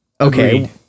okay